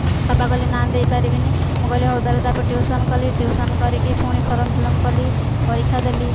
ବାପା କହିଲେ ନା ଦେଇପାରିବିନି ମୁଁ କହିଲି ହେଉ ତାହେଲେ ତାପରେ ଟ୍ୟୁସନ କଲି ଟ୍ୟୁସନ କରିକି ପୁଣି ଫର୍ମ ଫିଲଅପ କଲି ପରୀକ୍ଷା ଦେଲି